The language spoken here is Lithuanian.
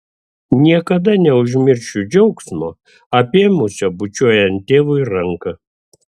niekada neužmiršiu džiaugsmo apėmusio bučiuojant tėvui ranką